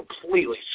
completely